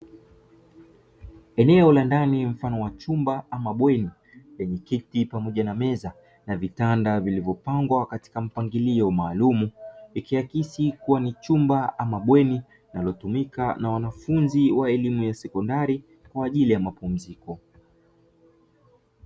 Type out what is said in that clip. Eneo la ndani mfano wa chumba ama bweni lenye kiti pamoja na meza na vitanda vilivyopangwa katika mapangilio maalumu ikiakisi kuwa ni chumba ama bweni linalotumika na wanafunzi wa elimu ya sekondari kwa ajili ya mapumziko.